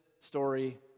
story